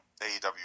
AEW